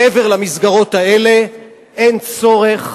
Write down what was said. מעבר למסגרות האלה אין צורך